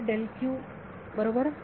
विद्यार्थी ऑर्डर डेल क्यू बरोबर